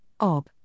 OB